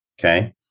Okay